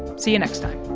see you next time